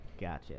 Gotcha